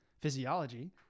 physiology